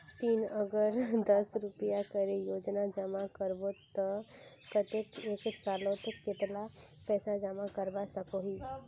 ती अगर दस रुपया करे रोजाना जमा करबो ते कतेक एक सालोत कतेला पैसा जमा करवा सकोहिस?